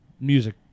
music